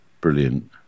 brilliant